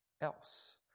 else